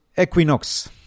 equinox